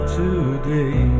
today